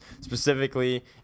specifically